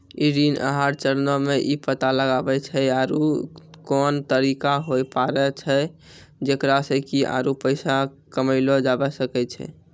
ऋण आहार चरणो मे इ पता लगाबै छै आरु कोन तरिका होय पाड़ै छै जेकरा से कि आरु पैसा कमयलो जाबै सकै छै